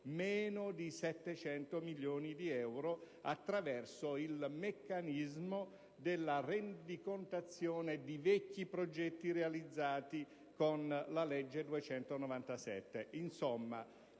meno di 700 milioni di euro, attraverso il meccanismo della rendicontazione di vecchi progetti realizzati con il decreto